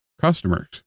customers